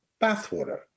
bathwater